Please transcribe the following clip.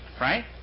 Right